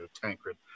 Tancred